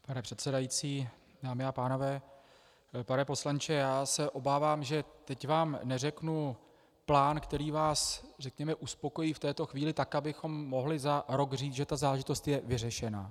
Pane předsedající, dámy a pánové, pane poslanče, já se obávám, že teď vám neřeknu plán, který vás, řekněme, uspokojí v této chvíli tak, abychom mohli za rok říci, že ta záležitost je vyřešena.